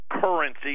currency